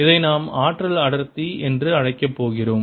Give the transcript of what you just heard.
இதை நாம் ஆற்றல் அடர்த்தி என்று அழைக்கப் போகிறோம்